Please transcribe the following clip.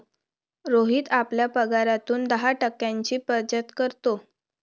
रोहित आपल्या पगारातून दहा टक्क्यांची बचत करतो